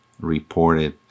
reported